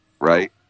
right